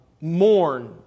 mourn